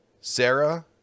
Sarah